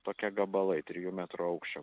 tokie gabalai trijų metrų aukščio